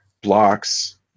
blocks